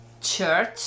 church